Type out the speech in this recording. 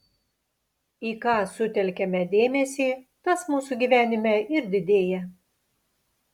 į ką sutelkiame dėmesį tas mūsų gyvenime ir didėja